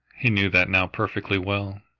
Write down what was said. he knew that now perfectly well.